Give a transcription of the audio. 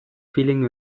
feeling